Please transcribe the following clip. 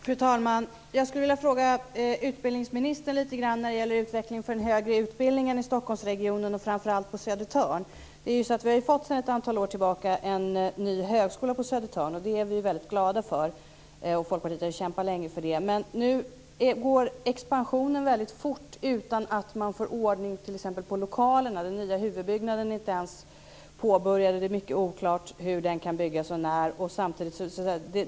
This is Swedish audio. Fru talman! Jag skulle vilja fråga utbildningsministern angående utvecklingen av den högre utbildningen i Stockholmsregionen och framför allt på Södertörn. Sedan några år tillbaka finns en ny högskola på Södertörn. Det är vi glada för. Folkpartiet har kämpat länge för det. Nu går expansionen fort utan att man har fått ordning på lokalerna. Den nya huvudbyggnaden är inte ens påbörjad. Det är mycket oklart hur och när den skall byggas.